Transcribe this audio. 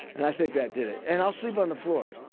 and i think that did it. and i'll sleep on the floor.